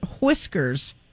whiskers